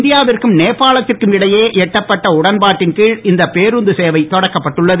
இந்தியாவிற்கும் நேபாளத்திற்கும் இடையே எட்டப்பட்ட உடன்பாட்டின் கீழ் இந்த பேருந்து சேவை தொடக்கப்பட்டுள்ளது